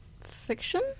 fiction